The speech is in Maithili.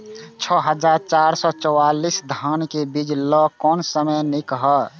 छः हजार चार सौ चव्वालीस धान के बीज लय कोन समय निक हायत?